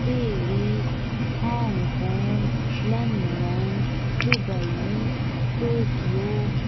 Paris Hong Kong London Dubai Tokyo